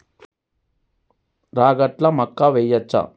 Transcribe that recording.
రాగట్ల మక్కా వెయ్యచ్చా?